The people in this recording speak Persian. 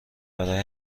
برای